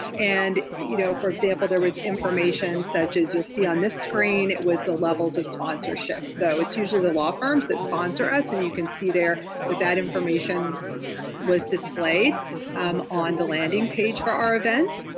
and you know for example, there was information such as you'll see on this screen, screen, it was the levels of sponsorship. so it's usually the law firms that sponsor us. and you can see there that that information was displayed um on the landing page for our event.